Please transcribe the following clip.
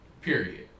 period